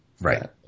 Right